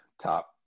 top